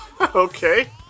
Okay